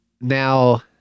now